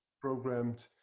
programmed